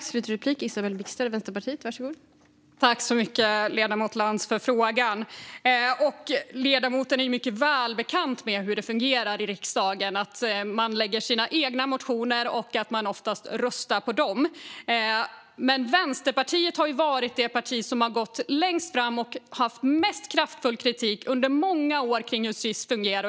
Fru talman! Tack, ledamoten Lantz, för frågan! Ledamoten är ju mycket väl bekant med hur det fungerar i riksdagen. Man lägger fram sina egna motioner och röstar oftast på dem. Vänsterpartiet har varit det parti som gått längst fram och haft mest kraftfull kritik under många år när det gäller hur Sis fungerar.